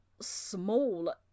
small